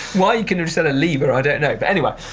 why you can resell a lever, i don't know. but anyway,